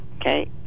Okay